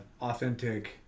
authentic